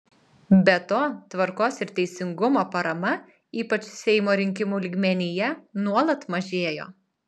be to tvarkos ir teisingumo parama ypač seimo rinkimų lygmenyje nuolat mažėjo